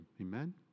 Amen